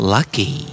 Lucky